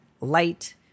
light